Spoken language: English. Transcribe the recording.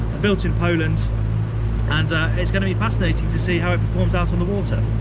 built in poland and it's going to be fascinating to see how it performs out on the water.